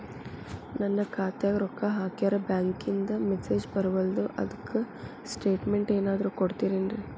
ನನ್ ಖಾತ್ಯಾಗ ರೊಕ್ಕಾ ಹಾಕ್ಯಾರ ಬ್ಯಾಂಕಿಂದ ಮೆಸೇಜ್ ಬರವಲ್ದು ಅದ್ಕ ಸ್ಟೇಟ್ಮೆಂಟ್ ಏನಾದ್ರು ಕೊಡ್ತೇರೆನ್ರಿ?